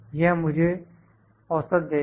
यह मुझे औसत देगा